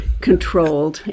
controlled